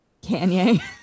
Kanye